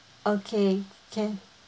okay can